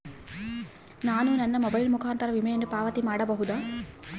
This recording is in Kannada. ನಾನು ನನ್ನ ಮೊಬೈಲ್ ಮುಖಾಂತರ ವಿಮೆಯನ್ನು ಪಾವತಿ ಮಾಡಬಹುದಾ?